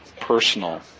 personal